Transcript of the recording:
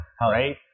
right